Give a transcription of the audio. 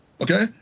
Okay